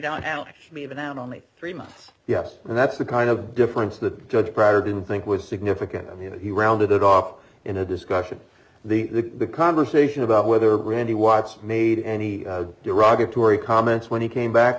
me even then only three months yes and that's the kind of difference that judge pryor didn't think was significant i mean he rounded it off in a discussion the conversation about whether brandy watts made any derogatory comments when he came back